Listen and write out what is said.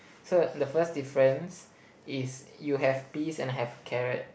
so the first difference is you have peas and I have carrots